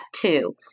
two